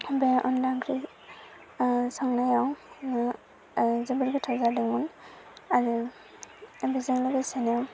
बे अनला ओंख्रि संनायाव जोबोर गोथाव जादोंमोन आरो बेजों लोगोसेनो